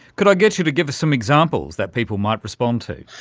could i get you to give us some examples that people might respond to?